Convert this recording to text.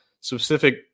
specific